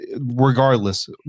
Regardless